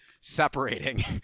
separating